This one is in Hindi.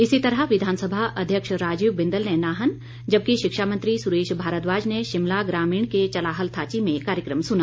इसी तरह विधानसभा अध्यक्ष राजीव बिंदल ने नाहन जबकि शिक्षा मंत्री सुरेश भारद्वाज ने शिमला ग्रामीण के चलाहल थाची में कार्यक्रम सुना